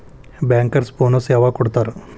Bankers bonus ಯವಾಗ್ ಕೊಡ್ತಾರ?